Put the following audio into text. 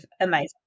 amazing